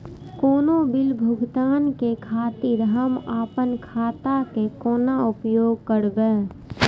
कोनो बील भुगतान के खातिर हम आपन खाता के कोना उपयोग करबै?